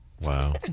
Wow